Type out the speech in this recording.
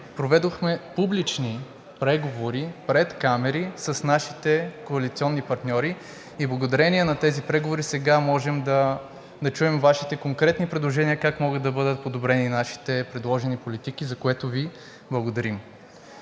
проведохме публични преговори пред камери с нашите коалиционни партньори и благодарение на тези преговори сега можем да чуем Вашите конкретни предложения как могат да бъдат подобрени нашите предложени политики, за което Ви благодарим.